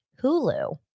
Hulu